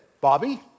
Bobby